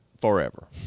forever